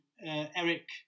Eric